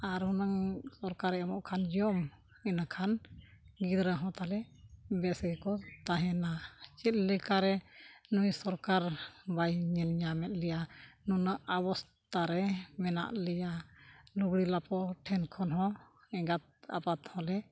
ᱟᱨ ᱚᱱᱟᱝ ᱥᱚᱨᱠᱟᱨᱮ ᱮᱢᱚᱜ ᱠᱷᱟᱱ ᱡᱚᱢ ᱤᱱᱟᱹᱠᱷᱟᱱ ᱜᱤᱫᱽᱨᱟᱹ ᱦᱚᱸ ᱛᱟᱦᱞᱮ ᱵᱮᱥ ᱜᱮᱠᱚ ᱛᱟᱦᱮᱱᱟ ᱪᱮᱫ ᱞᱮᱠᱟᱨᱮ ᱱᱩᱭ ᱥᱚᱨᱠᱟᱨ ᱵᱟᱭ ᱧᱮᱞ ᱧᱟᱢᱮᱫ ᱞᱮᱭᱟ ᱱᱩᱱᱟᱹᱜ ᱟᱵᱚᱥᱛᱷᱟᱨᱮ ᱢᱮᱱᱟᱜ ᱞᱮᱭᱟ ᱞᱩᱜᱽᱲᱤ ᱞᱟᱯᱳ ᱴᱷᱮᱱ ᱠᱷᱚᱱ ᱦᱚᱸ ᱮᱸᱜᱟᱛ ᱟᱯᱟᱛ ᱦᱚᱸᱞᱮ